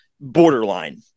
borderline